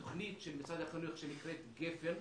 בתוכנית של משרד החינוך שנקראת גפ"ן,